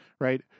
Right